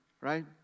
right